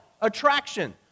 Attraction